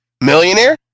Millionaire